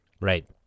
Right